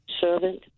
servant